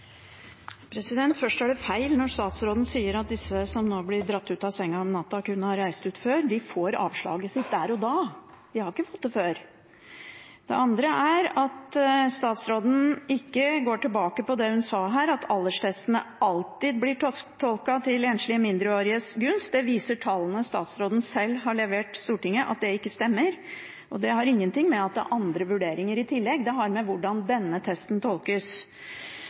er det feil når statsråden sier at disse som nå blir dratt ut av senga om natta, kunne ha reist ut før. De får avslaget sitt der og da – de har ikke fått det før. Det andre er at statsråden ikke går tilbake på det hun sa her, at alderstestene alltid blir tolket til enslige mindreåriges gunst. Det viser tallene statsrådene selv har levert Stortinget – at det ikke stemmer. Det har ingenting å gjøre med at det er andre vurderinger i tillegg, det har å gjøre med hvordan denne testen tolkes.